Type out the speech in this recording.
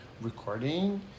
recording